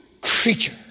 creature